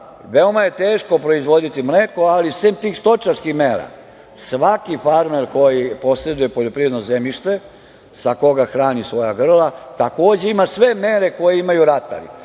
veoma je teško proizvoditi mleko, ali sem tih stočarskih mera, svaki farmer koji poseduje poljoprivredno zemljište sa koga hrani svoja grla takođe ima sve mere koje imaju ratari,